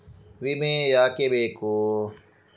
ವಿಮೆ ಯಾಕೆ ಬೇಕು?